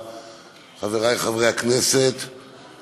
חוק ומשפט להכנתה לקריאה שנייה ושלישית.